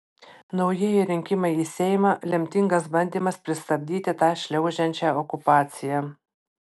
naujieji rinkimai į seimą lemtingas bandymas pristabdyti tą šliaužiančią okupaciją